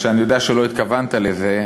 אני יודע שלא התכוונת לזה,